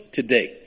today